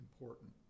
important